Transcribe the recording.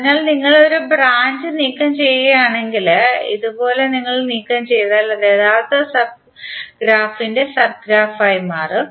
അതിനാൽ നിങ്ങൾ ഒരു ബ്രാഞ്ച് നീക്കംചെയ്യുകയാണെങ്കിൽ ഇതുപോലെ നിങ്ങൾ നീക്കം ചെയ്താൽ അത് യഥാർത്ഥ ഗ്രാഫിന്റെ സബ് ഗ്രാഫ്ഫായി മാറും